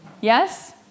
Yes